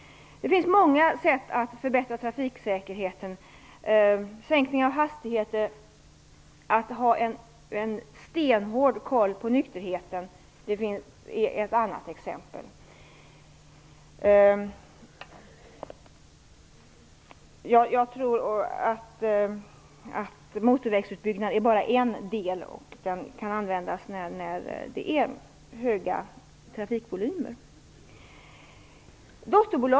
Det finns många sätt att förbättra trafiksäkerheten. Sänkning av hastigheter är ett, att ha en stenhård koll på nykterheten är ett annat. Motorvägsutbyggnaden är bara en del, som kan användas vid höga trafikvolymer.